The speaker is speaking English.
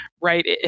right